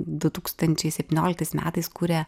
du tūkstančiai devynioliktais metais kuria